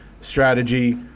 strategy